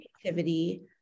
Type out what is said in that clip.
creativity